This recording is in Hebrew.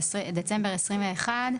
בדצמבר 21'